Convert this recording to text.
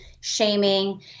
shaming